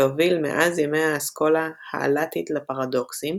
שהוביל מאז ימי האסכולה האלאטית לפרדוקסים,